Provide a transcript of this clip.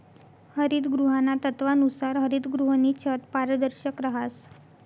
हरितगृहाना तत्वानुसार हरितगृहनी छत पारदर्शक रहास